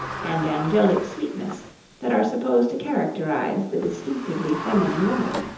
and angelic sweetness that are supposed to characterize the distinctively feminine woman.